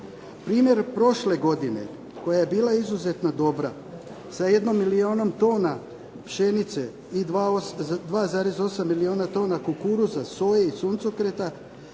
Primjer prošle godine koja je bila izuzetno dobra sa jednom milionom tona pšenice i 2,8 milijuna tona kukuruza, soje i suncokreta